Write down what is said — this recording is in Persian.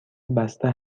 بسته